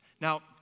Now